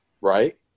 right